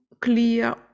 clear